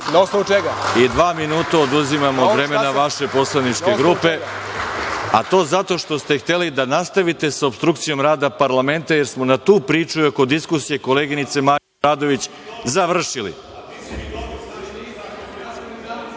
dva minuta vam oduzimam od vremena vaše poslaničke grupe, a to zato što ste hteli da nastavite sa opstrukcijom rada parlamenta, jer smo na tu priču i oko diskusije koleginice Marije Obradović završili.(Milorad